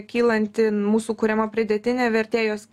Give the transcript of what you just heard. kylanti mūsų kuriama pridėtinė vertė jos